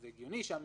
זה הגיוני שהמנהל,